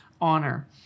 honor